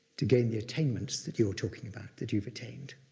to gain the attainments that you're talking about, that you've attained.